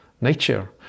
nature